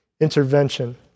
intervention